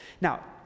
Now